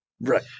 Right